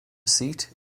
seat